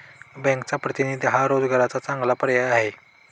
बँकचा प्रतिनिधी हा रोजगाराचा चांगला पर्याय आहे